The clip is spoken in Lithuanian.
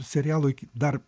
serialo dar